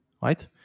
right